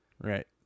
Right